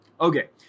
okay